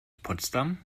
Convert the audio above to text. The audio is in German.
potsdam